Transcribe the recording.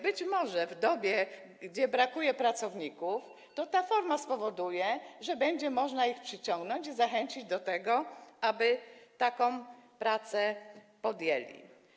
Być może w dobie, gdy brakuje pracowników, to ta forma spowoduje, że będzie można ich przyciągnąć i zachęcić do tego, aby taką pracę podjęli.